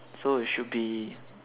so it should be